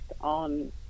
on